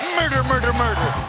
murder murder murder